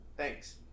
Thanks